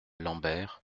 lambert